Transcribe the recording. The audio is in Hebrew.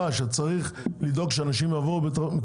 שצריך לדאוג שאנשים יבואו בתחבורה ציבורית,